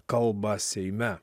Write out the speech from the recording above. kalbą seime